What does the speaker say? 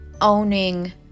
owning